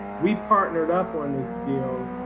we partnered up on this deal,